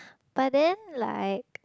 but then like